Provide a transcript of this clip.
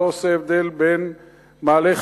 לא עושה הבדל בין מעלה-חבר,